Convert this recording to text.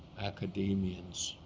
academians,